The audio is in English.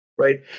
Right